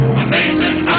amazing